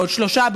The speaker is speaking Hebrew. בעוד שלושה,